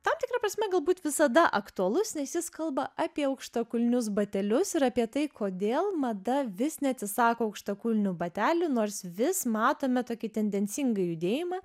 tam tikra prasme galbūt visada aktualus nes jis kalba apie aukštakulnius batelius ir apie tai kodėl mada vis neatsisako aukštakulnių batelių nors vis matome tokį tendencingą judėjimą